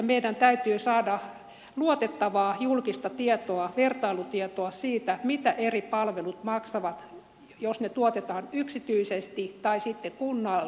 meidän täytyy saada luotettavaa julkista tietoa vertailutietoa siitä mitä eri palvelut maksavat jos ne tuotetaan yksityisesti tai sitten kunnallisesti